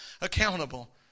accountable